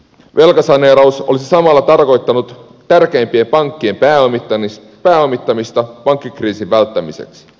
velkasaneeraus olisi samalla tarkoittanut tärkeimpien pankkien pääomittamista pankkikriisin välttämiseksi